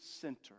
center